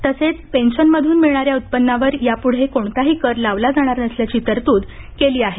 तसेच पेन्शनमधून मिळणाऱ्या उत्पन्नावर यापुढे कोणताही कर लावला जाणार नसल्याची तरतूद केली आहे